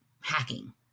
hacking